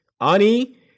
Ani